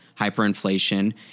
hyperinflation